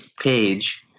page